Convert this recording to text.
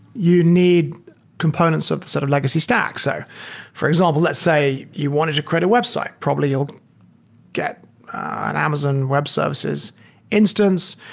you need components of the sort of legacy stack. so for example, let's say you wanted to create a website. probably you'll get an amazon web services instance.